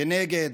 כנגד